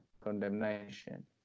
condemnation